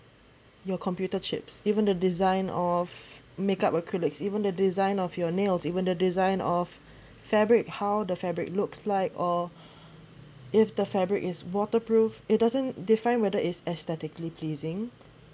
your computer chips even the design of makeup acrylics even the design of your nails even the design of fabric how the fabric looks like or if the fabric is waterproof it doesn't define whether is aesthetically pleasing